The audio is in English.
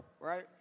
right